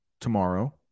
tomorrow